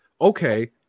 okay